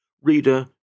Reader